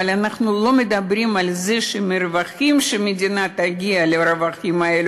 אבל אנחנו לא מדברים על זה שמהרווחים שהמדינה תגיע אליהם,